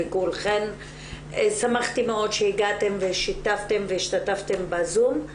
ושמחתי מאוד שהגעתם והשתתפתם ושיתפתם בזום,